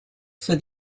for